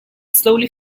slowly